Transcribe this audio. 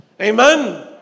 Amen